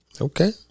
Okay